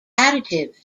additives